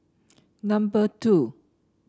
number two